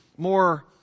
More